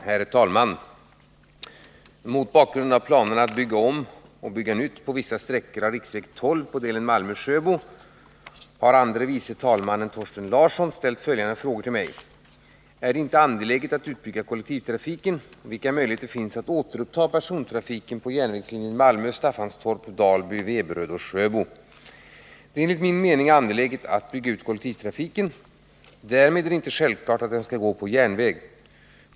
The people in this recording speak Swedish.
Herr talman! Mot bakgrund av planerna att bygga om och bygga nytt på vissa sträckor av riksväg 12 på delen Malmö-Sjöbo har andre vice talmannen Thorsten Larsson ställt följande frågor till mig: Är det inte angeläget att utbygga kollektivtrafiken? Det är enligt min mening angeläget att bygga ut kollektivtrafiken. Därmed är det inte självklart att den skall gå på järnväg.